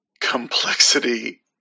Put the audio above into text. complexity